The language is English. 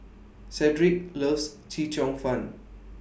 Cedrick loves Chee Cheong Fun